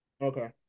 Okay